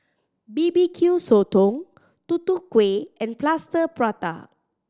B B Q Sotong Tutu Kueh and Plaster Prata